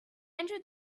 entered